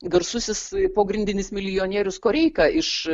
garsusis pogrindinis milijonierius koreika iš